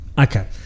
Okay